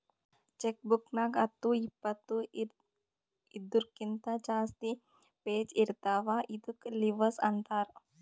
check book ನಾಗ್ ಹತ್ತು ಇಪ್ಪತ್ತು ಇದೂರ್ಕಿಂತ ಜಾಸ್ತಿ ಪೇಜ್ ಇರ್ತಾವ ಇದ್ದುಕ್ ಲಿವಸ್ ಅಂತಾರ್